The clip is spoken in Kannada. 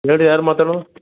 ಹೇಳಿ ಯಾರು ಮಾತಾಡೋದು